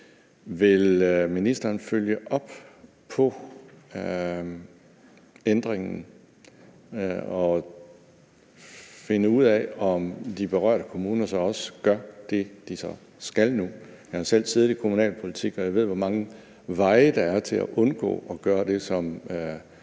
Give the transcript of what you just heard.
Vil ministeren følge op på ændringen og finde ud af, om de berørte kommuner så også gør det, de nu skal gøre? Jeg har selv siddet i kommunalpolitik, og jeg ved, hvor mange veje der er til at undgå at